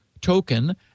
token